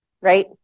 right